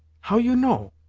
how you know?